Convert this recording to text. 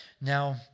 Now